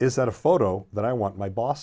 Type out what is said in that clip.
is that a photo that i want my boss